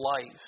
life